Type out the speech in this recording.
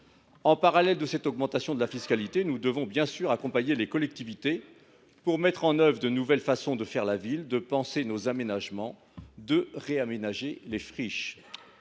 En parallèle de cette augmentation de la fiscalité, nous devons, bien sûr, accompagner les collectivités locales dans la en œuvre de nouvelles façons de « faire la ville », de penser nos aménagements et de réaménager les friches.